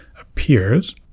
appears